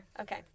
Okay